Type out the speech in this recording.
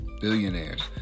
Billionaires